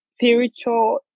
spiritual